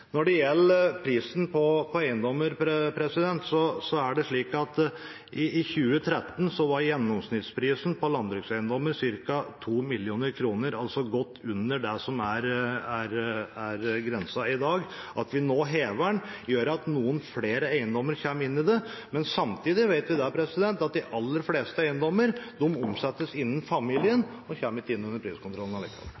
Når det gjelder prisen på eiendommer, så var gjennomsnittsprisen på landbrukseiendommer i 2013 ca. 2 mill. kr, altså godt under det som er grensa i dag. At vi nå hever den, gjør at noen flere eiendommer kommer inn under det, men samtidig vet vi at de aller fleste eiendommer omsettes innen familien